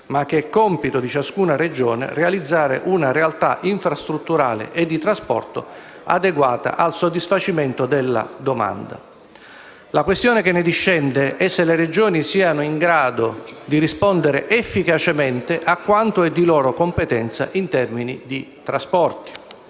ma che è compito di ciascuna Regione realizzare una realtà infrastrutturale e di trasporto adeguata al soddisfacimento della domanda. La questione che ne discende è se le Regioni siano in grado di rispondere efficacemente a quanto è di loro competenza in termini di trasporti;